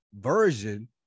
version